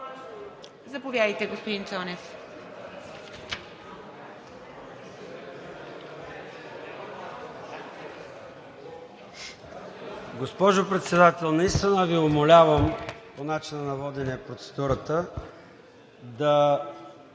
Заповядайте, господин Цонев.